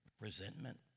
resentment